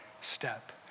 step